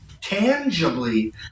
tangibly